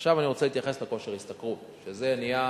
עכשיו אני רוצה להתייחס לכושר השתכרות, שזה נהיה